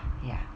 ya